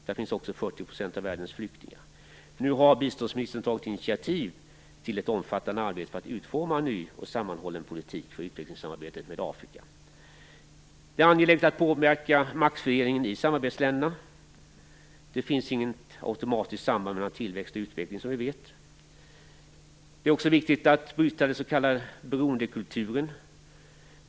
Där finns också 40 % av världens flyktingar. Nu har biståndsministern tagit initiativ till ett omfattande arbete för att utforma en ny och sammanhållen politik för utvecklingssamarbetet med Afrika. Det är angeläget att påverka maktfördelningen i samarbetsländerna. Det finns inte något automatiskt samband mellan tillväxt och utveckling, som vi vet. Det är också viktigt att bryta den s.k. beroendekulturen.